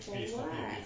for what